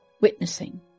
witnessing